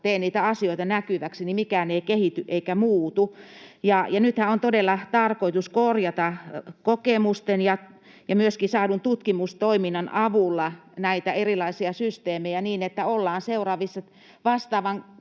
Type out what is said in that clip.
tee niitä asioita näkyviksi, niin mikään ei kehity eikä muutu. Nythän on todella tarkoitus korjata kokemusten ja myöskin tutkimustoiminnan avulla näitä erilaisia systeemejä, niin että ollaan seuraavissa